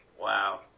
wow